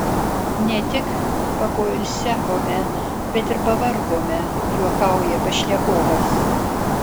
ne tik papoilsiavome bet ir pavargome juokauja pašnekovas